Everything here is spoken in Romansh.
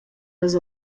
las